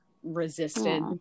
resisted